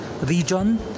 region